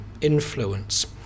influence